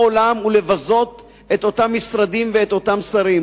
עולם ולבזות את אותם משרדים ואת אותם שרים.